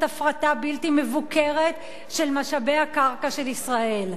הפרטה בלתי מבוקרת של משאבי הקרקע של ישראל.